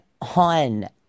on